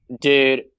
Dude